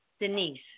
Denise